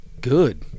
good